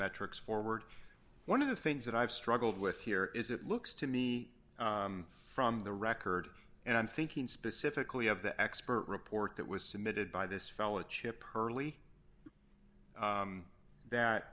metrics forward one of the things that i've struggled with here is it looks to me from the record and i'm thinking specifically of the expert report that was submitted by this fella chip early that